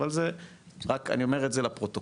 אבל זה רק אני אומר את זה לפרוטוקול,